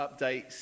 updates